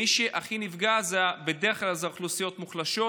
מי שהכי נפגע בדרך כלל זה אוכלוסיות מוחלשות,